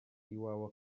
iwawe